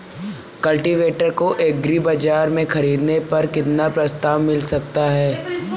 Cultivator को agri बाजार से ख़रीदने पर कितना प्रस्ताव मिल सकता है?